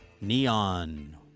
Neon